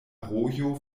rojo